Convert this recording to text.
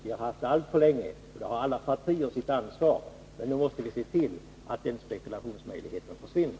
Denna möjlighet har funnits alltför länge, och där har alla partier sitt ansvar. Nu måste vi se till att den spekulationsmöjligheten försvinner.